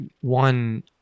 One